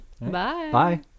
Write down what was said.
Bye